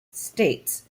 states